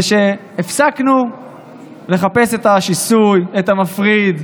זה שהפסקנו לחפש את השיסוי, את המפריד,